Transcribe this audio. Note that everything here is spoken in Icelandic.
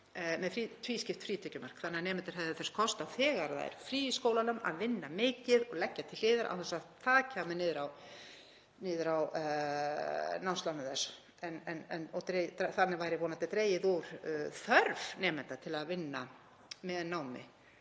skoða tvískipt frítekjumark þannig að nemendur hefðu þess kost þegar það er frí í skólunum að vinna mikið og leggja til hliðar án þess að það komi niður á námslánum þeirra. Þannig væri vonandi dregið úr þörf nemenda til að vinna með námi.